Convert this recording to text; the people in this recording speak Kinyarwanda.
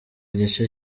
igice